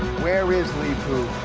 where is leepu?